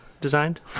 designed